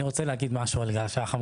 אני רוצה להגיד משהו על גל שחם.